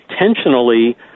intentionally